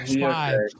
Five